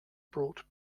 brought